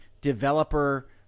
developer